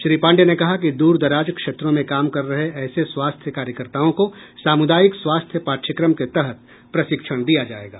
श्री पाण्डेय ने कहा कि दूर दराज क्षेत्रों में काम कर रहे ऐसे स्वास्थ्य कार्यकर्ताओं को सामुदायिक स्वास्थ्य पाठ्यक्रम के तहत प्रशिक्षण दिया जाएगा